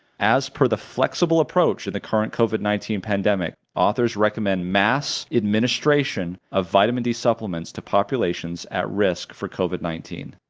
as per the flexible approach in the current covid nineteen pandemic authors recommend mass administration of vitamin d supplements to populations at risk for covid nineteen.